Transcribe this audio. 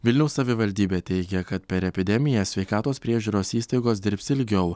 vilniaus savivaldybė teigia kad per epidemiją sveikatos priežiūros įstaigos dirbs ilgiau